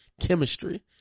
chemistry